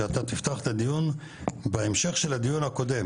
שאתה תפתח את הדיון בהמשך של הדיון הקודם,